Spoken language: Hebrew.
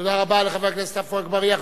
תודה רבה לחבר הכנסת עפו אגבאריה.